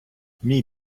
мій